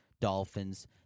dolphins